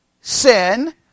sin